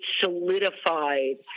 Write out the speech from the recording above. solidified